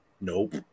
Nope